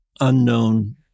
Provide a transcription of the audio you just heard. unknown